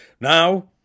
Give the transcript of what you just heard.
Now